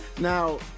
Now